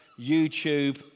youtube